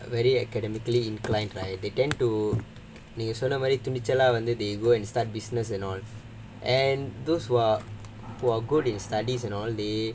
very academically inclined right they tend to நீங்க சொன்ன மாதிரி துணிச்சலா வந்து:neenga sonna maadhiri thunichalaa vandhu they go and start business and all and those who are who are good in studies and all the